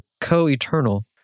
co-eternal